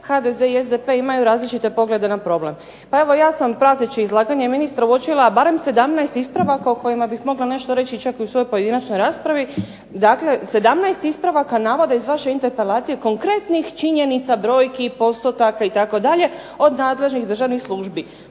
HDZ i SDP imaju različite poglede na problem." Pa evo ja sam prateći izlaganje ministra uočila barem 17 ispravaka o kojima bih mogla nešto reći čak i u svojoj pojedinačnoj raspravi. Dakle, 17 ispravaka navoda iz vaše interpelacije konkretnih činjenica, brojki, postotaka itd., od nadležnih državnih službi.